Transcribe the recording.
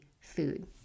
food